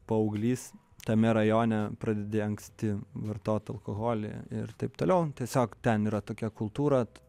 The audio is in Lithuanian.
paauglys tame rajone pradedi anksti vartot alkoholį ir taip toliau tiesiog ten yra tokia kultūra